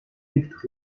liegt